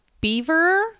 beaver